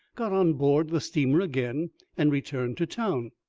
got on board the steamer again and returned to town.